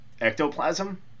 Ectoplasm